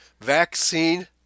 Vaccine